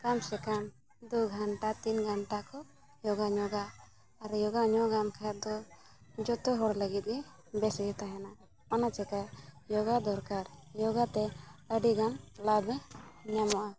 ᱠᱚᱢ ᱥᱮ ᱠᱚᱢ ᱫᱩ ᱜᱷᱚᱱᱴᱟ ᱛᱤᱱ ᱜᱷᱚᱱᱴᱟ ᱠᱚ ᱡᱳᱜᱟ ᱧᱚᱜᱟ ᱟᱨ ᱡᱳᱜᱟᱧᱚᱜ ᱠᱷᱟᱡ ᱫᱚ ᱡᱚᱛᱚ ᱦᱚᱲ ᱞᱟᱹᱜᱤᱫ ᱜᱮ ᱵᱮᱥᱜᱮ ᱛᱟᱦᱮᱱᱟ ᱚᱱᱟ ᱪᱤᱠᱟᱹ ᱡᱳᱜᱟ ᱫᱚᱨᱠᱟᱨ ᱡᱳᱜᱟᱛᱮ ᱟᱹᱰᱤᱜᱟᱱ ᱞᱟᱵᱷ ᱧᱟᱢᱚᱜᱼᱟ